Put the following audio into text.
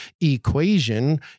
equation